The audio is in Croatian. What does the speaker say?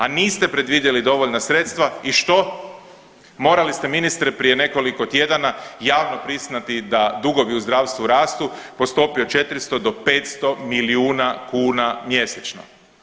A niste predvidjeli dovoljna sredstva i što, morali ste ministre prije nekoliko tjedana javno priznati da dugovi u zdravstvu rastu po stopi od 400 do 500 milijuna kuna mjesečno.